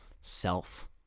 self